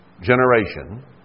generation